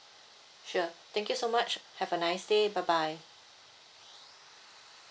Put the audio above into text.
sure thank you so much have a nice day bye bye